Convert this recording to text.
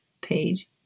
page